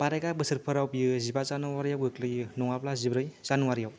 बारायगा बोसोरफोराव बियो जिबा जानुवारिआव गोलैयो नङाब्ला जिब्रै जानुवारियाव